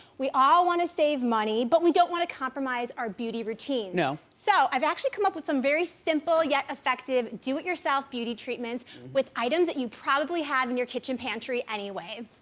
we all wanna save money, but we don't wanna compromise our beauty routine. you know so, i've actually come up with some very simple, yet effective do-it-yourself beauty treatments with items that you probably have in your kitchen pantry anyway.